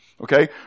okay